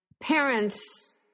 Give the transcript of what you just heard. parents